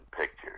pictures